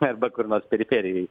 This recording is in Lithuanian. arba kur nors periferijoj